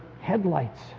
headlights